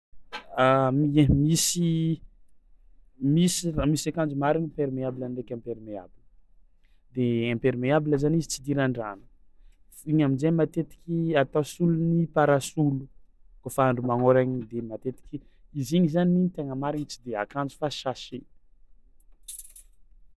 M- ie, misy misy r- misy akanjo marigny perméable ndraiky imperméable, de imperméable zany izy tsy idiran-drano f- igny amin-jay matetiky atao solon'ny parasolo kaofa andro magnôragna igny de matetiky izy igny zany tegna marigny tsy de akanjo fa sachet.